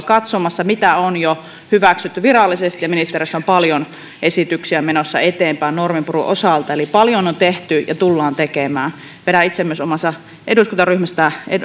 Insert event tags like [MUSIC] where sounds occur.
[UNINTELLIGIBLE] katsomassa mitä on jo hyväksytty virallisesti ja ministeriöissä on paljon esityksiä menossa eteenpäin norminpurun osalta eli paljon on tehty ja tullaan tekemään vedän itse omassa eduskuntaryhmässä